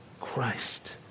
Christ